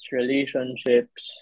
relationships